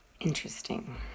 interesting